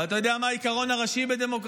אבל אתה יודע מה העיקרון הראשי בדמוקרטיה?